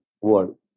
world